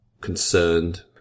concerned